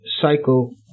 cycle